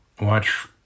watch